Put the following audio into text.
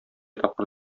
тапкыр